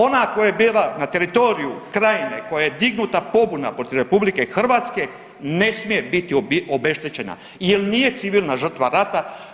Ona koja je bila na teritoriju Krajine, koja je dignuta pobuna protiv RH, ne smije biti obeštećena jer nije civilna rata.